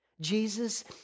Jesus